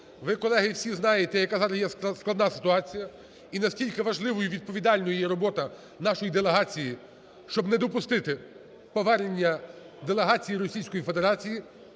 Ви, колеги, всі знаєте, яка зараз є складна ситуація і наскільки важливою і відповідальною є робота нашої делегації, щоб не допустити повернення делегації Російської Федерації.